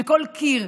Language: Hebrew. כל קיר,